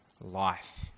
life